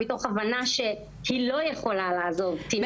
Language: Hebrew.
מתוך הבנה שהיא לא יכולה לעזוב תינוק או תינוקת רכים בשלב כל